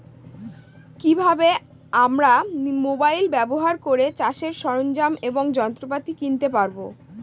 কি ভাবে আমরা মোবাইল ব্যাবহার করে চাষের সরঞ্জাম এবং যন্ত্রপাতি কিনতে পারবো?